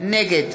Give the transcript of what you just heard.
נגד